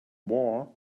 war